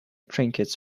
trinkets